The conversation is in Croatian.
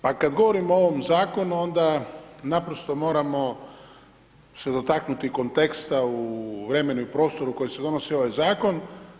Pa kada govorimo o ovom zakonu onda naprosto moramo se dotaknuti konteksta u vremenu i prostoru u kojem se donosi ovaj zakon.